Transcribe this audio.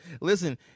listen